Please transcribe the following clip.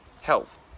health